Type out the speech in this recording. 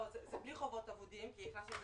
זה בלי "חובות אבודים" כי הכנסנו את